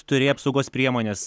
turėję apsaugos priemones